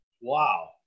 Wow